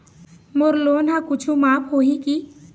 मोर loan हा कुछू माफ होही की?